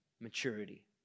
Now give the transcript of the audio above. maturity